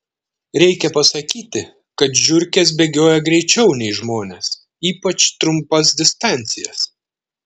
reikia pasakyti kad žiurkės bėgioja greičiau nei žmonės ypač trumpas distancijas